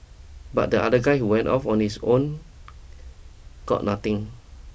but the other guy who went off on his own got nothing